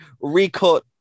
recut